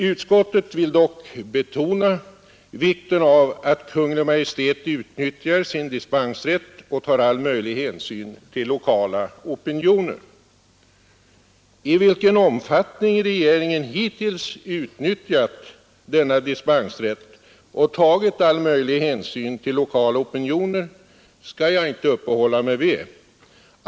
Utskottet vill dock betona vikten av att Kungl. Maj:t utnyttjar sin dispensrätt och tar all möjlig hänsyn till lokala opinioner. I vilken omfattning regeringen hittills utnyttjat denna dispensrätt och tagit all möjlig hänsyn till lokala opinioner skall jag inte uppehålla mig vid.